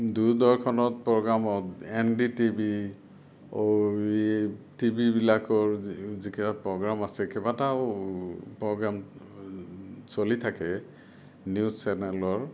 দূৰদৰ্শনত প্ৰগ্ৰামত N D TV এই টিভিবিলাকৰ যিকেইটা প্ৰগ্ৰাম আছে কেইবাটাও প্ৰগ্ৰাম চলি থাকে নিউজ চেনেলৰ